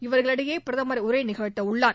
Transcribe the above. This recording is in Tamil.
இவர்களிடையே பிரதமர் உரை நிகழ்த்த உள்ளார்